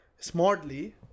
smartly